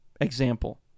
example